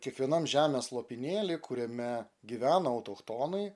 kiekvienam žemės lopinėly kuriame gyveno autochtonai